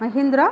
Mahindra